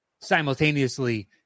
simultaneously